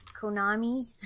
Konami